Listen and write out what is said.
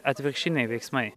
atvirkštiniai veiksmai